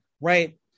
right